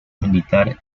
militar